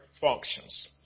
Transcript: functions